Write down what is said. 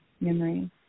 memory